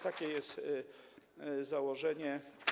Takie jest założenie.